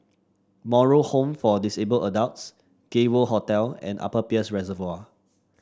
Moral Home for Disabled Adults Gay World Hotel and Upper Peirce Reservoir